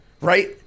right